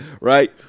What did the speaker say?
right